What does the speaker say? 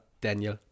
Daniel